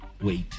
wait